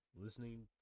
listening